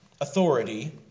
authority